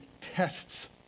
tests